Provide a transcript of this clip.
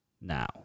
Now